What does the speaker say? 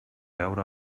veure